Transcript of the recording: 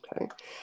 Okay